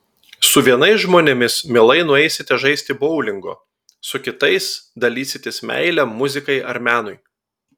su vienais žmonėmis mielai nueisite žaisti boulingo su kitais dalysitės meile muzikai ar menui